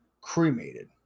cremated